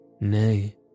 Nay